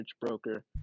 broker